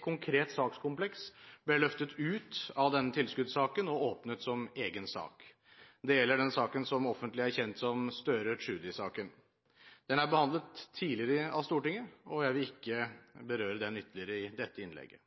konkret sakskompleks ble løftet ut av denne tilskuddssaken og åpnet som egen sak. Det gjelder den saken som offentlig er kjent som Støre–Tschudi-saken. Den er behandlet tidligere av Stortinget, og jeg vil ikke berøre den ytterligere i dette innlegget.